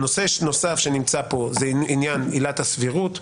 נושא נוסף שנמצא פה זה עניין עילת הסבירות.